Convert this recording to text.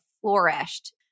flourished